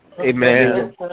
Amen